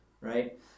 Right